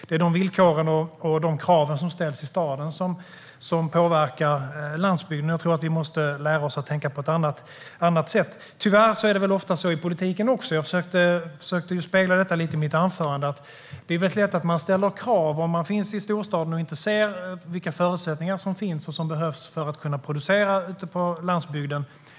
Det är de villkor som gäller och de krav som ställs i staden som påverkar landsbygden. Jag tror att vi måste lära oss att tänka på ett annat sätt. Tyvärr är det ofta så i politiken också. Jag försökte spegla detta i mitt anförande: Det är lätt att ställa krav om man finns i storstaden och inte ser vilka förutsättningar som finns och som behövs för att kunna producera ute på landsbygden.